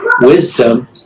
wisdom